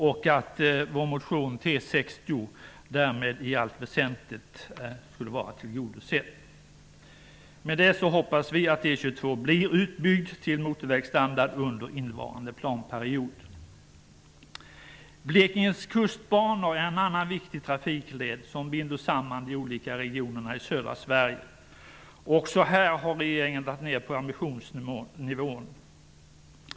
I allt väsentligt skulle då vår motion T60 vara tillgodosedd. Med det hoppas vi att E 22 blir utbyggd till motorvägsstandard under innevarande planperiod. Blekinge kustbana är en annan viktig trafikled som binder samman de olika regionerna i södra Sverige. Också här har regeringen dragit ner på ambitionsnivån.